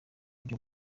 buryo